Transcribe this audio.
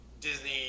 disney